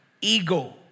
ego